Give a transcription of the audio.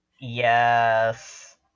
Yes